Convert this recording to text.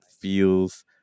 feels